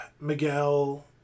Miguel